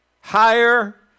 higher